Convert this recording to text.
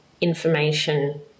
information